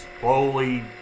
slowly